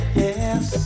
yes